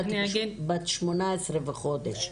אם את בת 18 וחודש.